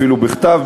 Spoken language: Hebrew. אפילו בכתב,